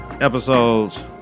Episodes